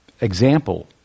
example